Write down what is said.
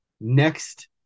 next